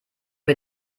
mit